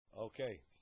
Okay